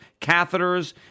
catheters